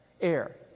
air